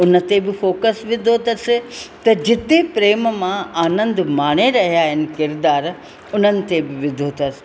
उन ते बि फॉकस विधो अथसि त जिते प्रेम मां आनंद माणे रहिया आहिनि किरदार उन्हनि ते बि विधो अथसि